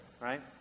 Right